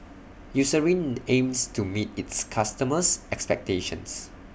Eucerin aims to meet its customers' expectations